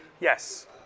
Yes